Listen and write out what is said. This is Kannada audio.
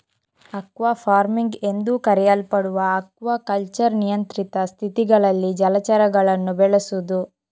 ಅಕ್ವಾ ಫಾರ್ಮಿಂಗ್ ಎಂದೂ ಕರೆಯಲ್ಪಡುವ ಅಕ್ವಾಕಲ್ಚರ್ ನಿಯಂತ್ರಿತ ಸ್ಥಿತಿಗಳಲ್ಲಿ ಜಲಚರಗಳನ್ನು ಬೆಳೆಸುದು